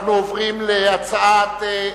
אנחנו עוברים לנושא הבא: